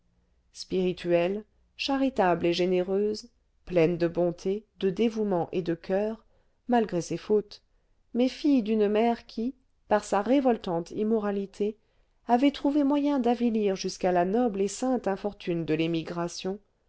spirituelle charitable et généreuse pleine de bonté de dévouement et de coeur malgré ses fautes mais fille d'une mère qui par sa révoltante immoralité avait trouvé moyen d'avilir jusqu'à la noble et sainte infortune de l'émigration